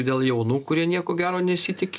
dėl jaunų kurie nieko gero nesitiki